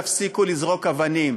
תפסיקו לזרוק אבנים.